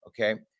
okay